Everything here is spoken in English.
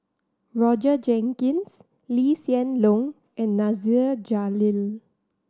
Roger Jenkins Lee Hsien Loong and Nasir Jalil